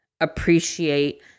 appreciate